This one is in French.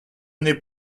n’est